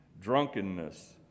drunkenness